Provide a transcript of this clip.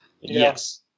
Yes